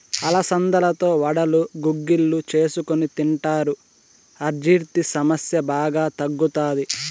అలసందలతో వడలు, గుగ్గిళ్ళు చేసుకొని తింటారు, అజీర్తి సమస్య బాగా తగ్గుతాది